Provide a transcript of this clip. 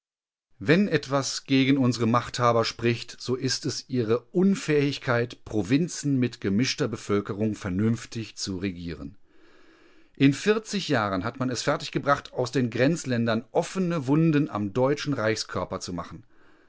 wenn etwas gegen unsere machthaber spricht so ist es ihre unfähigkeit provinzen mit gemischter bevölkerung vernünftig zu regieren in jahren hat man es fertig gebracht aus den grenzländern offene wunden am deutschen reichskörper zu machen